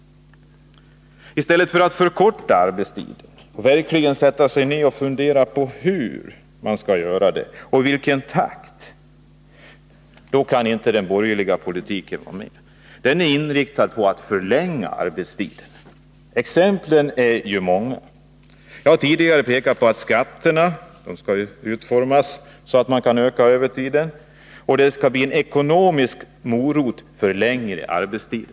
När det gäller att förkorta arbetstiden och verkligen sätta sig ned och fundera på hur och i vilken takt det skall ske kan den borgerliga politiken inte vara med. Den är inriktad på att förlänga arbetstiden. Exemplen är många. Jag har tidigare pekat på att skatterna skall utformas så att man kan utöka övertiden och att det skall bli en ekonomisk morot för en längre arbetstid.